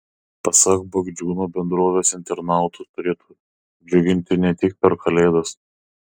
pasak bagdžiūno bendrovės internautus turėtų džiuginti ne tik per kalėdas